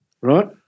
right